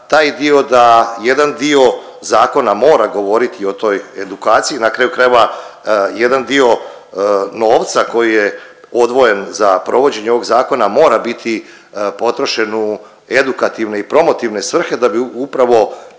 taj dio da jedan dio zakona mora govoriti o toj edukaciji. Na kraju krajeva jedan dio novca koji je odvojen za provođenje ovog zakona mora biti potrošen u edukativne i promotivne svrhe da bi upravo